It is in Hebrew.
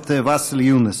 הכנסת ואאל יונס.